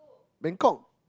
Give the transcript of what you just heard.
Bangkok